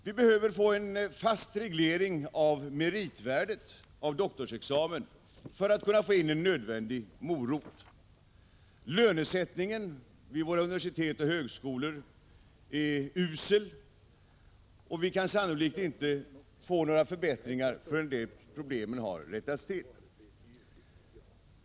Vi behöver få en fast reglering av meritvärdet, av doktorsexamen, för att få in en nödvändig morot. Lönesättningen vid våra universitet och högskolor är usel, och vi kan sannolikt inte få några förbättringar förrän de problemen har rättats till.